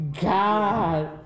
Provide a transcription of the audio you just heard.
god